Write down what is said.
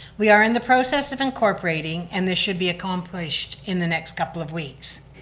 we are in the process of incorporating and this should be accomplished in the next couple of weeks.